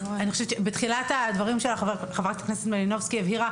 בתחילת הדברים של חברת הכנסת מלינובסקי היא הבהירה